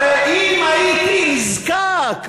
הרי אם הייתי נזקק,